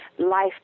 Life